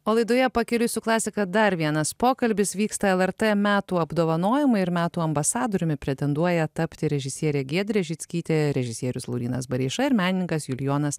o laidoje pakeliui su klasika dar vienas pokalbis vyksta lrt metų apdovanojimai ir metų ambasadoriumi pretenduoja tapti režisierė giedrė žickytė režisierius laurynas bareiša ir menininkas julijonas